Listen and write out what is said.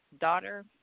daughter